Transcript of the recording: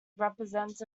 represents